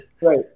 Right